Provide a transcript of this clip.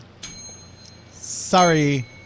Sorry